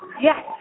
Yes